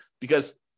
Because-